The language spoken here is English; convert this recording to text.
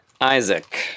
Isaac